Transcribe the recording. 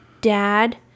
dad